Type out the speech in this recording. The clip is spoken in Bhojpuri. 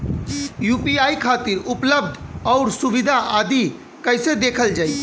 यू.पी.आई खातिर उपलब्ध आउर सुविधा आदि कइसे देखल जाइ?